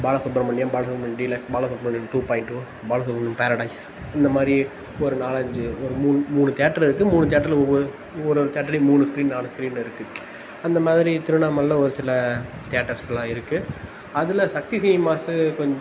Balasubramaniam Balasubramaniam deluxe Balasubramaniam two point O Balasubramaniam paradise இந்த மாதிரி ஒரு நாலஞ்சி ஒரு மூணு மூணு தியேட்டரு இருக்குது மூணு தியேட்டரில் ஒவ்வொரு ஒவ்வொரு தியேட்டர்லேயும் மூணு ஸ்க்ரீன் நாலு ஸ்க்ரீனில் இருக்குது அந்த மாதிரி திருவண்ணாமலையில் ஒரு சில தியேட்டர்ஸ்லாம் இருக்குது அதில் சக்தி சினிமாஸு கொஞ்